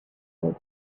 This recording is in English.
old